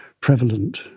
prevalent